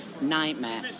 nightmare